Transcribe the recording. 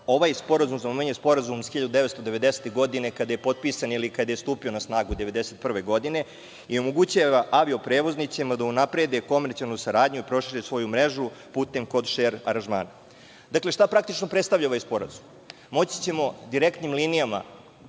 ovaj sporazum menja Sporazum iz 1990. godine, kada je potpisan ili kada je stupio na snagu 1991. godine i omogućava avio prevoznicima da unaprede komercijalnu saradnju i prošire svoju mrežu puteva kod-šer aranžamana. Šta praktično predstavlja ovaj sporazum? Moći ćemo direktnim linijama